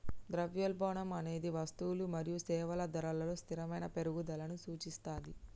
ద్రవ్యోల్బణం అనేది వస్తువులు మరియు సేవల ధరలలో స్థిరమైన పెరుగుదలను సూచిస్తది